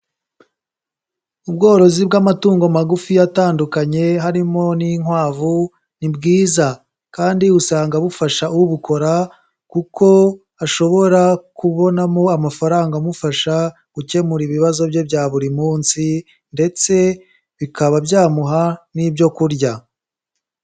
Ubworozi bw'amatungo magufiya atandukanye harimo n'inkwavu ni bwiza. Kandi usanga bufasha ubukora kuko ashobora kubonamo amafaranga amufasha gukemura ibibazo bye bya buri munsi ndetse bikaba byamuha n'ibyo kurya.